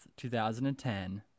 2010